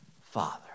Father